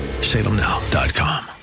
Salemnow.com